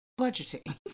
budgeting